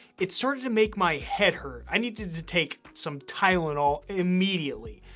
it started to make my head hurt. i needed to take some tylenol immediately.